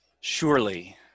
Surely